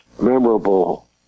memorable